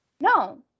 No